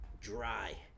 dry